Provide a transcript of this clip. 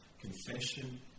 Confession